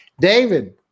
David